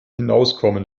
hinauskommen